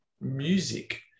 music